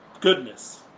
goodness